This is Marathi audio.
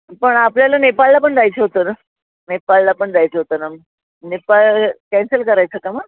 पण आपल्याला नेपाळला पण जायचं होतं ना नेपालला पण जायचं होतं ना नेपाळ कॅन्सल करायचं का मग